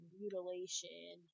mutilation